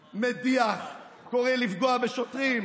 מדיח, קורא לפגוע בשוטרים,